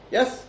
Yes